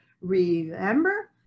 remember